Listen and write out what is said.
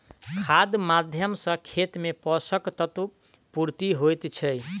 खादक माध्यम सॅ खेत मे पोषक तत्वक पूर्ति होइत छै